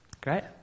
great